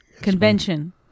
convention